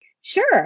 Sure